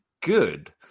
good